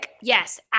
Yes